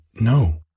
no